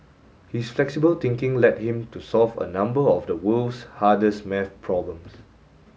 his flexible thinking led him to solve a number of the world's hardest maths problems